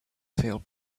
feel